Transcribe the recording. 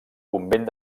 convent